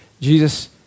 Jesus